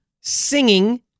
singing